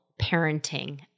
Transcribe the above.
parenting